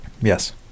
Yes